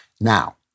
Now